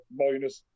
minus